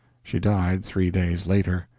she died three days later,